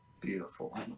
beautiful